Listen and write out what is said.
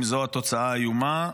אם זו התוצאה האיומה.